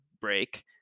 break